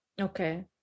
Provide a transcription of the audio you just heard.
Okay